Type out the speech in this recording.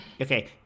okay